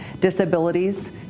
Disabilities